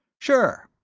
sure,